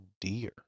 dear